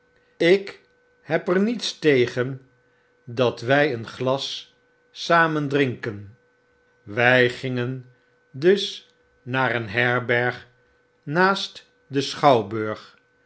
ik heb er niets tegen dat wy een glas samen drinken wy gingen dus naar een herberg naast den schouwburg